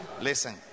Listen